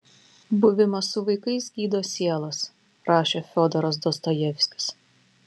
buvimas su vaikais gydo sielas rašė fiodoras dostojevskis